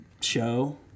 show